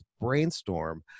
brainstorm